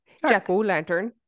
Jack-o'-lantern